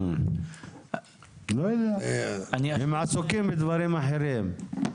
הם עסוקים בדברים אחרים.